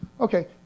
Okay